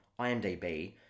IMDb